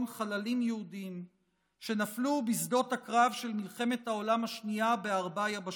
חללים יהודים שנפלו בשדות הקרב של מלחמת העולם השנייה בארבע יבשות.